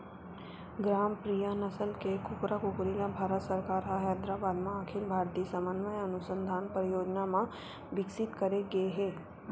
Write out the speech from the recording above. ग्रामप्रिया नसल के कुकरा कुकरी ल भारत सरकार ह हैदराबाद म अखिल भारतीय समन्वय अनुसंधान परियोजना म बिकसित करे गे हे